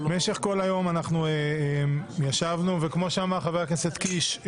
במשך כל היום ישבנו וכמו שאמר חבר הכנסת קיש,